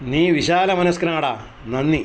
നീ വിശാലമനസ്കനാടാ നന്ദി